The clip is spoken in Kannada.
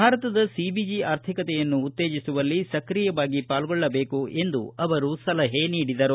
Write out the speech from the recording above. ಭಾರತದ ಸಿಬಿಜಿ ಆರ್ಥಿಕತೆಯನ್ನು ಉತ್ತೇಜಿಸುವಲ್ಲಿ ಸ್ಕ್ರಿಯವಾಗಿ ಪಾಲ್ಗೊಳ್ಳಬೇಕು ಎಂದು ಸಲಹೆ ನೀಡಿದರು